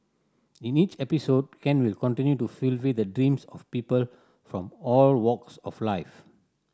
in each episode Ken will continue to fulfil the dreams of people from all walks of life